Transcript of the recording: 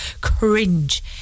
cringe